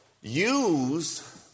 Use